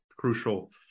crucial